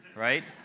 right?